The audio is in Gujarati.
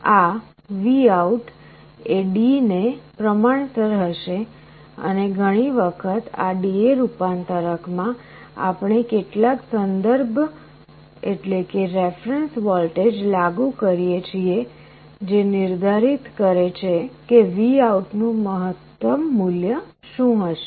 આ VOUT એ D ને પ્રમાણસર હશે અને ઘણી વખત આ DA રૂપાંતરક માં આપણે કેટલાક સંદર્ભ વોલ્ટેજ લાગુ કરીએ છીએ જે નિર્ધારિત કરે છે કે VOUT નું મહત્તમ મૂલ્ય શું હશે